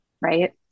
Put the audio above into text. right